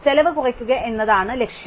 ചെലവ് കുറയ്ക്കുക എന്നതാണ് ലക്ഷ്യം